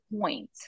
point